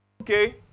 okay